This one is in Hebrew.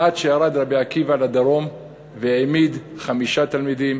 עד שירד רבי עקיבא לדרום והעמיד חמישה תלמידים,